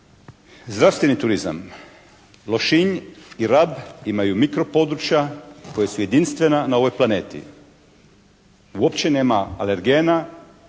Zdravstveni turizam. Lošinj i Rab imaju mikro područja koja su jedinstvena na ovoj planeti. Uopće nema alergena